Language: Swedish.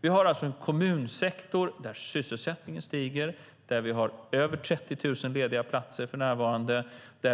Vi har en kommunsektor där sysselsättningen stiger. Vi har över 30 000 lediga platser för närvarande.